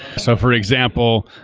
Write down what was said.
so, for example,